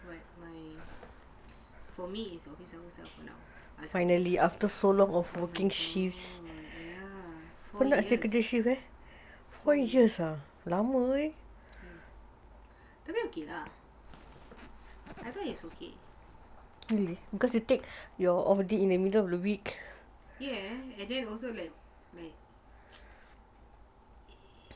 but my for me it's office hours ah oh my god yes four years I mean okay lah I think is okay yes and then also like like